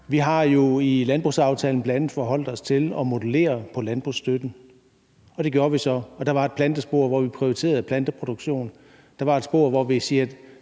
Vi har jo i landbrugsaftalen bl.a. forholdt os til at modellere på landbrugsstøtten, og det gjorde vi så. Der var et plantespor, hvor vi prioriterede planteproduktion. Der var et spor, hvor vi sagde,